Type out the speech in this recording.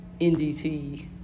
NDT